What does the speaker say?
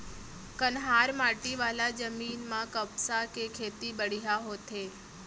कन्हार माटी वाला जमीन म कपसा के खेती बड़िहा होथे